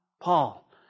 Paul